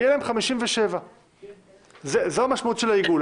יהיה להם 57. זו המשמעות של העיגול,